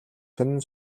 сонин